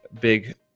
big